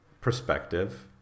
perspective